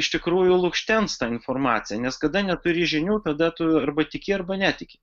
iš tikrųjų lukštens informaciją nes kada neturi žinių kada tu arba tiki arba netiki